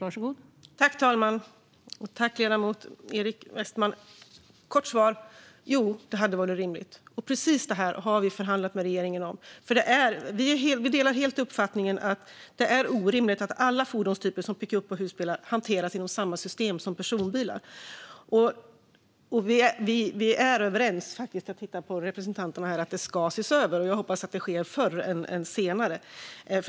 Fru talman! Tack, ledamoten Eric Westroth! Ett kort svar är: Jo, det hade varit rimligt. Precis det har vi förhandlat med regeringen om. Vi håller helt med om att det är orimligt att alla fordonstyper, som pickuper och husbilar, hanteras inom samma system som personbilar. Vi är faktiskt överens - jag tittar på representanterna här - om att det ska ses över. Jag hoppas att det sker förr snarare än senare.